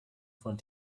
von